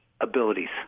abilities